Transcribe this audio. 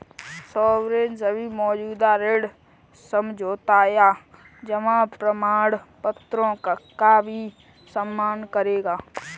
sovereign सभी मौजूदा ऋण समझौतों या जमा प्रमाणपत्रों का भी सम्मान करेगा